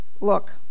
look